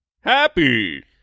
Happy